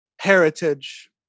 Heritage